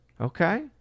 Okay